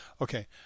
Okay